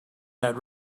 that